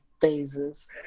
phases